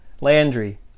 Landry